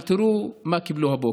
אבל תראו מה קיבלו הבוקר.